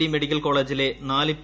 D medical കോളേജിലെ നാല് P